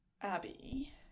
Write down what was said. Abby